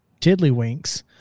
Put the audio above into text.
tiddlywinks